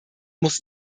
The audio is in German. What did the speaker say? muss